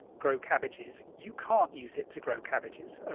grow cabbages, you can't use it to grow cabbages.